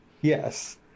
Yes